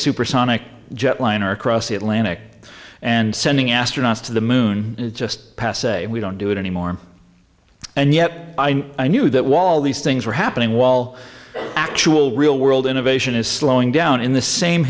supersonic jet liner across the atlantic and sending astronauts to the moon just passe we don't do it anymore and yet i knew that wall these things were happening while actual real world innovation is slowing down in the same